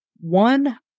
one